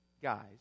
Guys